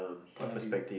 point of view